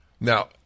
Now